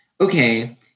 okay